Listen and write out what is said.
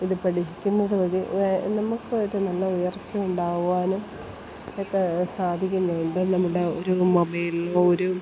ഇതു പഠിക്കുന്നതു വഴി നമുക്ക് ഒരു നല്ല ഉയർച്ചയുണ്ടാകുവാനും ഒക്കെ സാധിക്കുന്നുണ്ട് നമ്മുടെ ഒരു മൊബൈലിലോ ഒരു